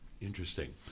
Interesting